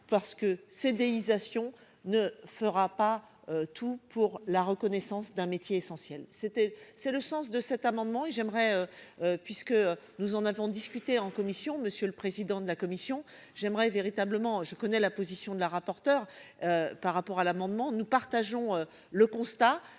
parce que CDI sation ne fera pas tout pour la reconnaissance d'un métier essentiel c'était c'est le sens de cet amendement et j'aimerais. Puisque nous en avons discuté en commission. Monsieur le président de la commission j'aimerais véritablement je connais la position de la rapporteure. Par rapport à l'amendement, nous partageons le constat.